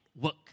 work